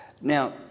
Now